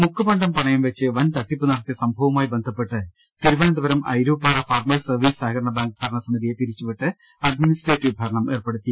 മുക്കുപണ്ടം പണയം വെച്ച് വൻതട്ടിപ്പ് നടത്തിയ സംഭവവുമായി ബന്ധപ്പെട്ട് തിരുവനന്തപുരം അയിരൂപ്പാറ ഫാർമേഴ്സ് സർവീസ് സഹ കരണ ബാങ്ക് ഭരണസമിതിയെ പിരിച്ചുവിട്ട് അഡ്മിനിസ്ട്രേറ്റീവ് ഭരണം ഏർപ്പെടുത്തി